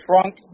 trunk